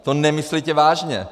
To nemyslíte vážně!